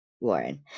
Warren